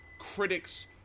critics